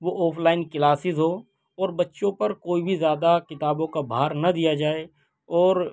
وہ offline classes ہوں اور بچّوں پر کوئی بھی زیادہ کتابوں کا بھار نہ دیا جائے اور